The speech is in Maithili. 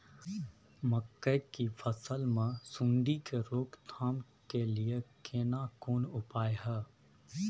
मकई की फसल मे सुंडी के रोक थाम के लिये केना कोन उपाय हय?